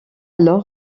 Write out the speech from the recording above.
alors